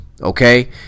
okay